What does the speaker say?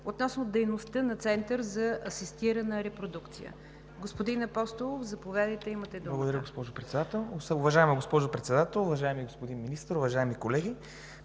относно дейността на Центъра за асистирана репродукция. Господин Апостолов, заповядайте – имате думата. СТЕФАН АПОСТОЛОВ (ГЕРБ): Уважаема госпожо Председател, уважаеми господин Министър, уважаеми колеги!